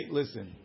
listen